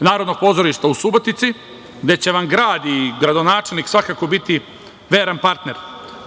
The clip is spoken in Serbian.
Narodnog pozorišta u Subotici, gde će vam grad i gradonačelnik svakako biti veran partner.